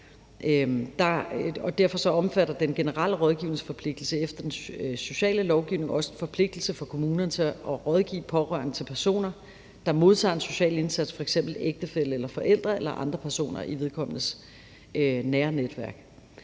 Derfor omfatter den generelle rådgivningsforpligtelse efter den sociale lovgivning også forpligtelser for kommunen til at rådgive pårørende til personer, der modtager en social indsats, f.eks. ægtefælle eller forælder eller andre personer i vedkommendes nære netværk.